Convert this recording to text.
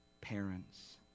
parents